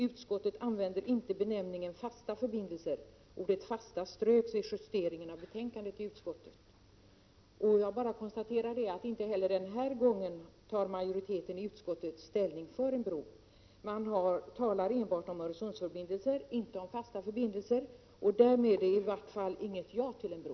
Utskottet använder inte benämningen fasta förbindelser — ordet fasta ströks vid justeringen av betänkandet i utskottet.” Jag bara konstaterar att majoriteten i utskottet inte heller den här gången tar ställning för en bro. Man talar enbart om Öresundsförbindelser, inte om fasta förbindelser. Därmed är det i varje fall inget ja till en bro.